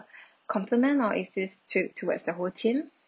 uh compliment or is this to towards the whole team